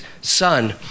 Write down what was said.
son